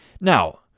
Now